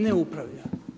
Ne upravlja.